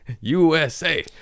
USA